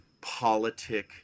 politic